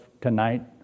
tonight